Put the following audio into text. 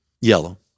Yellow